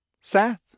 Seth